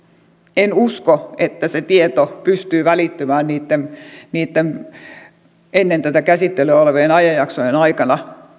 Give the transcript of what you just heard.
en usko että se tieto pystyy välittymään niitten niitten ennen tätä käsittelyä olevien ajanjaksojen aikana